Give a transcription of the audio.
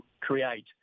create